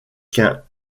qu’un